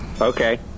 Okay